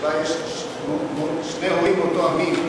שבה יש שני הורים מאותו המין,